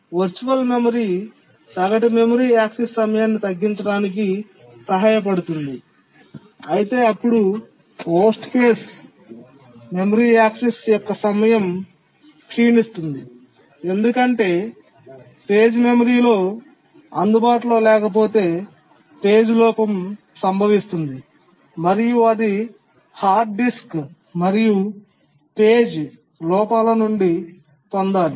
virtual memory సగటు memory access సమయాన్ని తగ్గించడానికి సహాయపడుతుంది అయితే అప్పుడు worst case మెమరీ యాక్సెస్ యొక్క సమయం క్షీణిస్తుంది ఎందుకంటే పేజీ మెమరీలో అందుబాటులో లేకపోతే పేజీ లోపం సంభవిస్తుంది మరియు అది హార్డ్ డిస్క్ మరియు పేజీ లోపాల నుండి పొందాలి